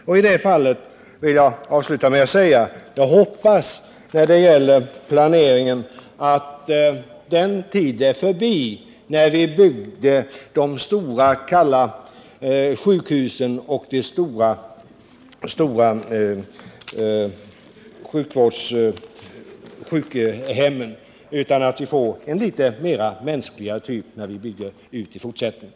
I det fallet vill jag avslutningsvis säga att jag hoppas att den tid är förbi när vi byggde de stora kalla sjukhusen och sjukhemmen. Jag hoppas att vi när vi bygger ut i fortsättningen kan få en litet mänskligare typ av sjukhus och sjukhem.